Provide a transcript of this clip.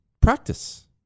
Practice